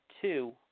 two